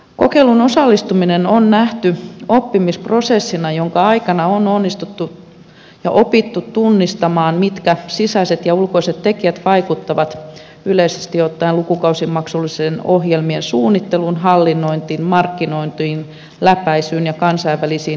kokeiluun osallistuminen on nähty oppimisprosessina jonka aikana on onnistuttu ja opittu tunnistamaan mitkä sisäiset ja ulkoiset tekijät vaikuttavat yleisesti ottaen lukukausimaksullisten ohjelmien suunnitteluun hallinnointiin markkinointiin läpäisyyn ja kansainvälisiin yhteistyömuotoihin